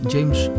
James